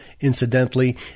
Incidentally